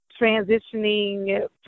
transitioning